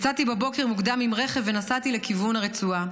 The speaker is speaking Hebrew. יצאתי בבוקר מוקדם עם רכב ונסעתי לכיוון הרצועה.